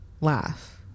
laugh